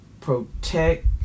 protect